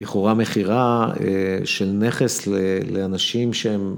לכאורה מכירה של נכס לאנשים שהם